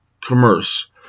commerce